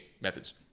methods